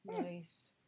Nice